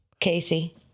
Casey